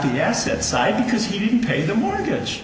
the asset side because he didn't pay the mortgage